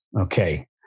Okay